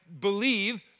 believe